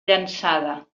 llançada